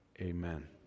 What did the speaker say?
Amen